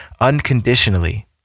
unconditionally